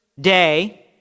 Day